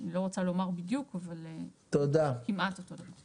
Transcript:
אני לא רוצה לומר בדיוק, אבל כמעט אותו דבר.